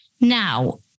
Now